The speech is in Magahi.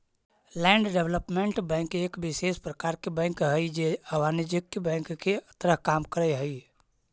लैंड डेवलपमेंट बैंक एक विशेष प्रकार के बैंक हइ जे अवाणिज्यिक बैंक के तरह काम करऽ हइ